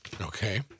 Okay